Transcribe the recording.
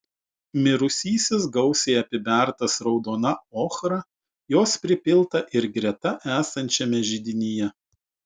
mirusysis gausiai apibertas raudona ochra jos pripilta ir greta esančiame židinyje